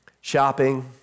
shopping